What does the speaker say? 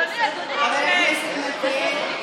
חבר הכנסת מלכיאלי,